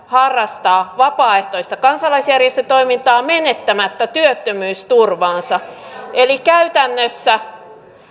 harrastaa vapaaehtoista kansalaisjärjestötoimintaa menettämättä työttömyysturvaansa eli käytännössä